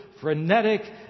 frenetic